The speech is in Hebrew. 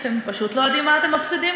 אתם פשוט לא יודעים מה אתם מפסידים